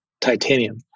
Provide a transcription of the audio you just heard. titanium